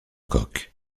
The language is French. coq